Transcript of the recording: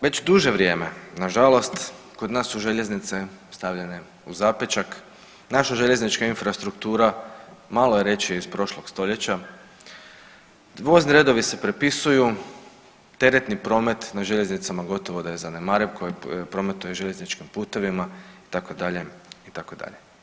Već duže vrijeme nažalost kod nas su željeznice stavljene u zapećak, naša željeznička infrastruktura, malo je reći iz prošlog stoljeća, vozni redovi se prepisuju, teretni promet na željeznicama gotovo da je zanemariv koji prometuje željezničkim putevima itd., itd.